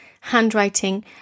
handwriting